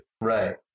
Right